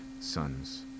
sons